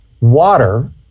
water